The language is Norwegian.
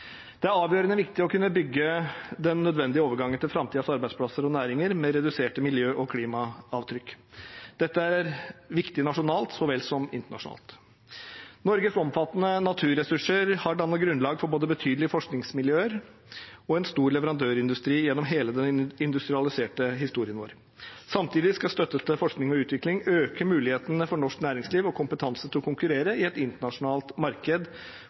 Det er avgjørende viktig å kunne bygge den nødvendige overgangen til framtidens arbeidsplasser og næringer med reduserte miljø- og klimaavtrykk. Dette er viktig nasjonalt, så vel som internasjonalt. Norges omfattende naturressurser har dannet grunnlag for både betydelige forskningsmiljøer og en stor leverandørindustri gjennom hele den industrialiserte historien vår. Samtidig skal støtte til forskning og utvikling øke mulighetene for norsk næringsliv og kompetanse til å konkurrere i et internasjonalt marked